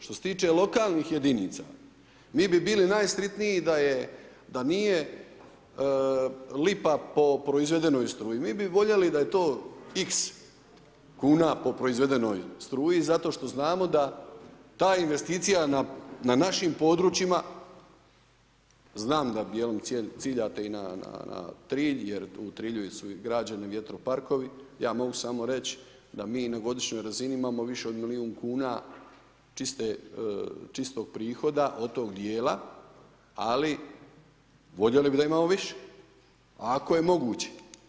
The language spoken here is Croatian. Što se tiče lokalnih jedinica, mi bi bili najsretniji da nije lipa po proizvedenoj struji, mi bi voljeli da je to X kuna po proizvedenoj struji zato što znamo da ta investicija na našim područjima, znam da djelom ciljate i na Trilj jer u Trilju su i građeni vjetroparkovi, ja mogu samo reći da mi na godišnjoj razini imamo više od milijun kuna čistog prihoda od tog djela, ali voljeli bi da imamo više ako je moguće.